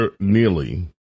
Neely